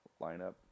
lineup